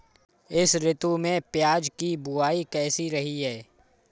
इस ऋतु में प्याज की बुआई कैसी रही है?